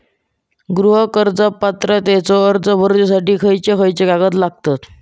गृह कर्ज पात्रतेचो अर्ज भरुच्यासाठी खयचे खयचे कागदपत्र लागतत?